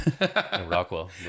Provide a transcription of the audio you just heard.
Rockwell